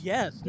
Yes